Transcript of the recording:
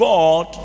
God